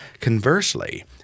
Conversely